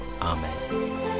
amen